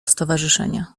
stowarzyszenia